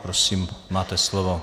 Prosím, máte slovo.